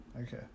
Okay